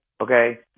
Okay